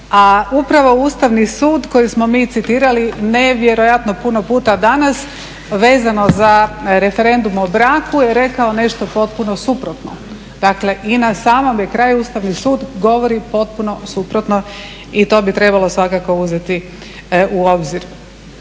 upravo Ustavni sud koji smo mi citirali nevjerojatno puno puta danas, vezano za referendum o braku je rekao nešto potpuno suprotno. Dakle, i na samome kraju Ustavni sud govori potpuno suprotno i to bi trebalo svakako uzeti u obzir.